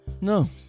No